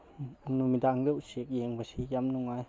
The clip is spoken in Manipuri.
ꯅꯨꯃꯤꯗꯥꯡꯗ ꯎꯆꯦꯛ ꯌꯦꯡꯕꯁꯤ ꯌꯥꯝꯅ ꯅꯨꯡꯉꯥꯏ